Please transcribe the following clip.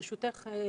ברשותך,